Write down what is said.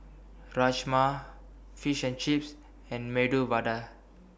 Rajma Fish and Chips and Medu Vada